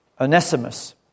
Onesimus